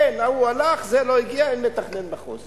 אין, ההוא הלך, זה לא הגיע, אין מתכנן מחוז.